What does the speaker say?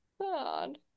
God